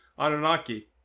Anunnaki